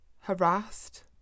harassed